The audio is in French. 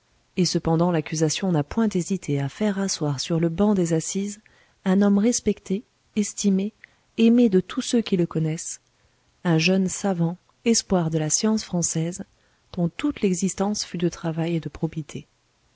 et cependant l'accusation n'a point hésité à faire asseoir sur le banc des assises un homme respecté estimé aimé de tous ceux qui le connaissent un jeune savant espoir de la science française dont toute l'existence fut de travail et de probité